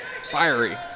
fiery